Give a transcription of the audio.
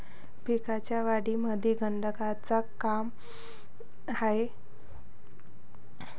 पिकाच्या वाढीमंदी गंधकाचं का काम हाये?